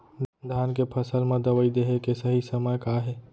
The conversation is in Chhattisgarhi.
धान के फसल मा दवई देहे के सही समय का हे?